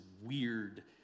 weird